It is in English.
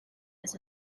has